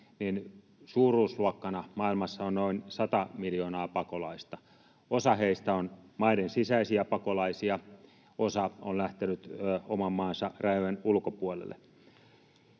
suuruusluokkana maailmassa on noin 100 miljoonaa pakolaista. Osa heistä on maiden sisäisiä pakolaisia, osa on lähtenyt oman maansa rajojen ulkopuolelle.